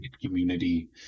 community